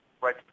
right